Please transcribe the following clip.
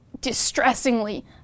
distressingly